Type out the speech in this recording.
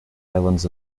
islands